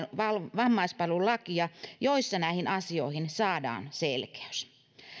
vammaispalvelulakia jossa näihin asioihin saadaan selkeys